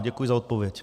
Děkuji za odpověď.